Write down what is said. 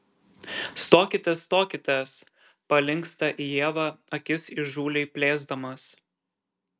stokitės stokitės palinksta į ievą akis įžūliai plėsdamas